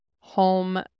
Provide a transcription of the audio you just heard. home